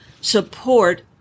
Support